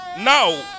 Now